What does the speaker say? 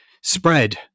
spread